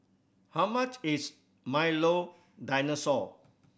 how much is Milo Dinosaur